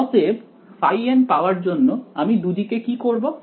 অতএব n পাওয়ার জন্য আমি দুদিকে কি করবো